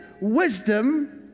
wisdom